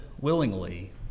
willingly